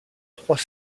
trois